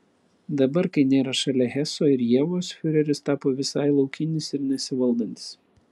dabar kai nėra šalia heso ir ievos fiureris tapo visai laukinis ir nesivaldantis